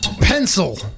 Pencil